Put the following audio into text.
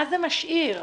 מה זה כבר משאיר?